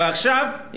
ועכשיו,